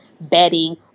bedding